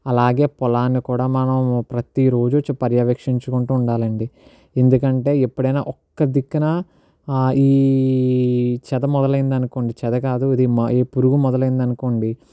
అలాగే పొలాన్ని కూడా మనం ప్రతిరోజు వచ్చి పర్యవేక్షించుకుంటూ ఉండాలండీ ఎందుకంటే ఎప్పుడైనా ఒక్క దిక్కున ఈ చెద మొదలైదనుకోండి చెద కాదు ఇది పురుగు మొదలైదనుకోండీ